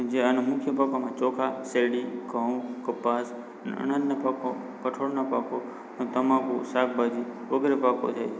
જેના મુખ્ય પાકોમાં ચોખા શેરડી ઘઉં કપાસ અન્ય પાકો કઠોળના પાકો અને તમાકુ શાકભાજી વગેરે પાકો છે